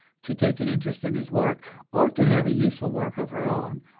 to take an interest in his work, or to have a useful work of her own,